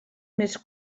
més